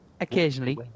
Occasionally